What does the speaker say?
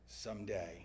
someday